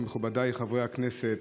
מכובדיי חברי הכנסת,